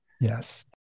Yes